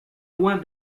loin